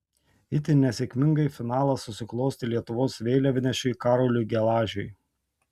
itin nesėkmingai finalas susiklostė lietuvos vėliavnešiui karoliui gelažiui